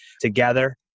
together